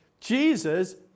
Jesus